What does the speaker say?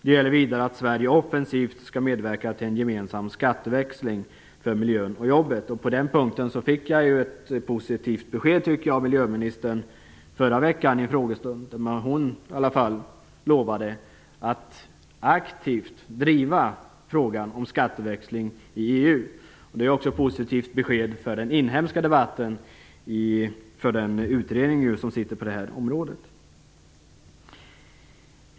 Det gäller vidare att Sverige offensivt skall medverka till en gemensam skatteväxling för miljön och jobben. På den punkten fick jag förra veckan ett positivt besked av miljöministern i en frågestund, där hon i alla fall lovade att aktivt driva frågan om skatteväxling i EU. Det är också ett positivt besked för den inhemska debatten och för den utredning som arbetar på det här området.